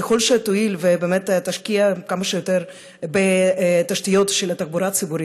ככל שתואיל ובאמת תשקיע כמה שיותר בתשתיות של התחבורה הציבורית,